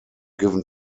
given